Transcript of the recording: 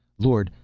lord,